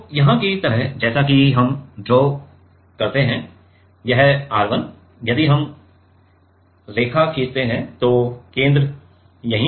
तो यहाँ की तरह जैसा कि हम ड्रा करते हैं यह R 1 यदि हम रेखा खींचते हैं तो केंद्र यहीं कहीं है